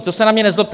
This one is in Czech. To se na mě nezlobte.